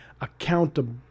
accountable